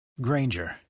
granger